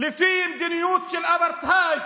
לפי מדיניות של אפרטהייד.